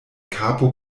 kapo